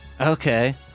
Okay